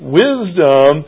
wisdom